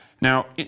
Now